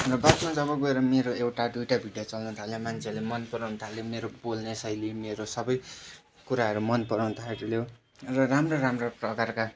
अन्त बादमा जब गएर मेरो एउटा दुईवटा भिडियो चल्न थाल्यो मान्छेहरूले मनपराउन थाल्यो मेरो बोल्ने शैली मेरो सबै कुराहरू मनपराउन थाल्यो र राम्रो राम्रो प्रकारका